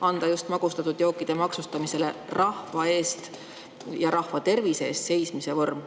anda just magustatud jookide maksustamisele rahva eest ja rahva tervise eest seismise vorm.